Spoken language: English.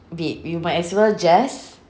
babe you might as well just